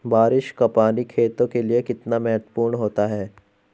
बारिश का पानी खेतों के लिये कितना महत्वपूर्ण होता है?